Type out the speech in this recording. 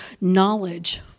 knowledge